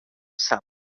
sap